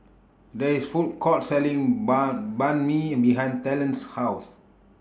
There IS Food Court Selling Banh Banh MI behind Talen's House